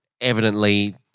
evidently